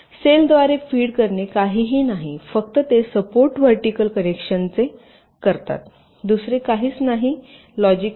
सेलद्वारे feed करणे काहीही नाही फक्त ते सपोर्ट व्हर्टिकल कनेक्शनचे करतात दुसरे काहीच नाही लॉजिक नाही